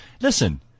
Listen